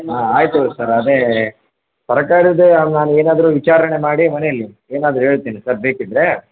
ಹಾಂ ಆಯಿತು ಸರ್ ಅದೇ ತರಕಾರಿದು ನಾನು ಏನಾದರು ವಿಚಾರಣೆ ಮಾಡಿ ಮನೇಲಿ ಏನಾದರು ಹೇಳ್ತೀನಿ ಸರ್ ಬೇಕಿದ್ದರ